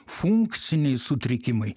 funkciniai sutrikimai